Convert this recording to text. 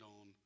on